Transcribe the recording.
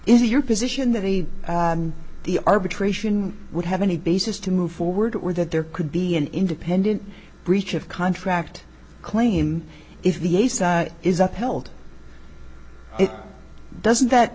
is your position that either the arbitration would have any basis to move forward or that there could be an independent breach of contract claim if the a side is upheld it doesn't that